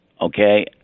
okay